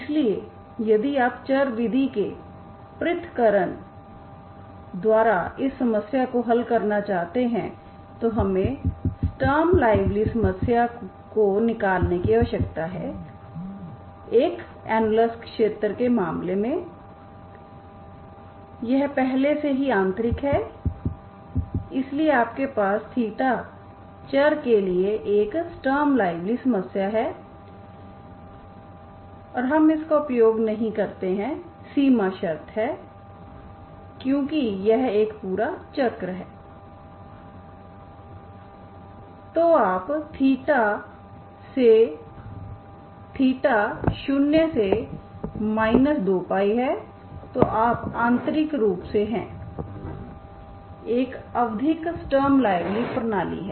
इसलिए यदि आप चर विधि के पृथक्करण द्वारा इस समस्या को हल करना चाहते हैं तो हमें स्टर्म ल्यूविल समस्या को निकालने की आवश्यकता है एक एनलस क्षेत्र के मामले में यह पहले से ही आंतरिक है इसलिए आपके पास चर के लिए एक स्टर्म ल्यूविल समस्या है और हम इसका उपयोग नहीं करते हैं सीमा शर्त है क्योंकि यह एक पूरा चक्र है तो आप 0 से 2π है तो आप आंतरिक रूप से है एक आवधिक स्टर्म ल्यूविल प्रणाली है